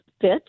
fit